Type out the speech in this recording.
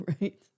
right